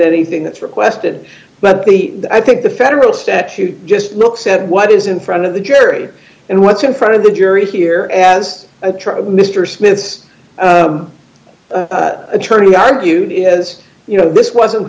anything that's requested but the i think the federal statute just looks at what is in front of the jury and what's in front of the jury here as mister smith's attorney argued it is you know this wasn't